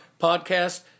podcast